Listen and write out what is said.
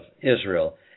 Israel